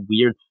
weird